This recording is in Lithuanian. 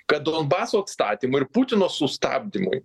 kad donbaso atstatymui ir putino sustabdymui